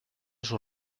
sus